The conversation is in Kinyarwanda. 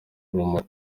urumuri